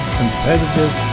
competitive